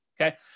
okay